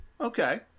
Okay